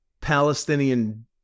Palestinian